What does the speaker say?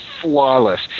flawless